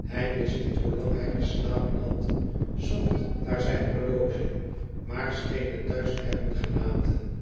hij wist niet hoe lang hij geslapen had zocht naar zijn horloge maar scheen het thuis te hebben gelaten